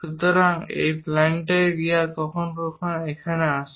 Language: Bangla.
সুতরাং এই প্ল্যানেটারি গিয়ার কখনও কখনও এখানে আসে